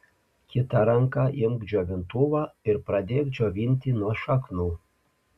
kita ranka imk džiovintuvą ir pradėk džiovinti nuo šaknų